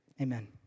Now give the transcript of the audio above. amen